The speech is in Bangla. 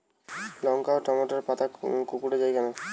লঙ্কা ও টমেটোর পাতা কুঁকড়ে য়ায় কেন?